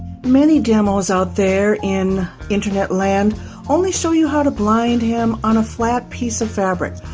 many demos out there in internet land only show you how to blind hem on a flat piece of fabric.